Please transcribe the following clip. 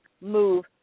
move